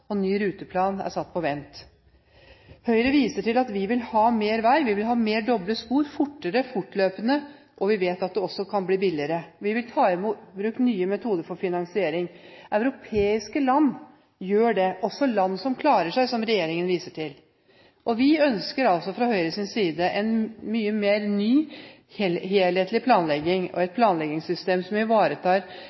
og ny ruteplan er satt på vent. Høyre viser til at vi vil ha mer vei, vi vil ha mer doble spor fortere, og vi vet at det også kan bli billigere. Vi vil ta i bruk nye metoder for finansiering. Europeiske land gjør det – også land som klarer seg, som regjeringen viser til. Fra Høyres side ønsker vi en mye mer helhetlig planlegging, et planleggingssystem som ivaretar